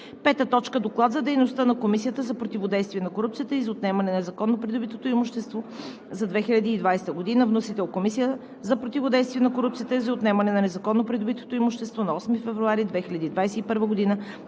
2021 г. 5. Доклад за дейността на Комисията за противодействие на корупцията и за отнемане на незаконно придобитото имущество за 2020 г. Вносител – Комисията за противодействие на корупцията и за отнемане на незаконно придобитото имущество, на 8 февруари 2021 г.